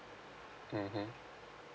mmhmm